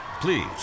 please